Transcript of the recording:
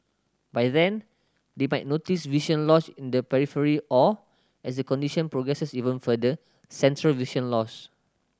by then they might notice vision loss in the periphery or as the condition progresses even further central vision loss